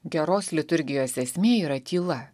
geros liturgijos esmė yra tyla